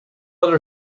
other